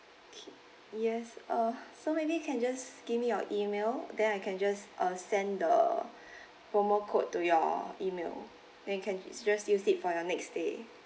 yes uh so maybe you can just give me your email then I can just uh send the promo code to your email then you can just use it for your next stay